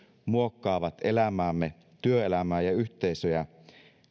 muokkaavat elämäämme työelämää ja yhteisöjä